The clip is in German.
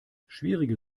schwierige